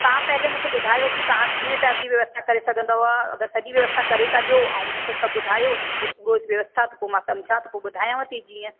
तव्हां पहिले मूंखे ॿुधायो की तव्हां कीअं तरह जी व्यवस्था करे सघंदव अगरि सॼी व्यवस्था करे था ॾियो ऐं मूंखे सभु ॿुधायो पूरो व्यवस्था त पोइ मां समुझां त पोइ ॿुधायांव था जीअं